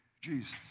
Jesus